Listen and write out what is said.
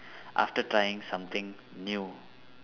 after trying something new